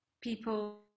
people